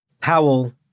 Powell